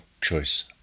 choice